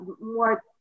more